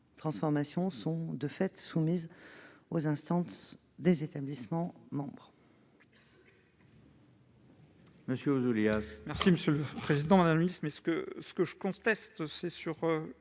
transformations dont il s'agit sont soumises aux instances des établissements membres